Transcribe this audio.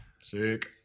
Sick